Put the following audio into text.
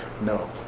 No